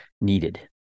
needed